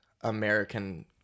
American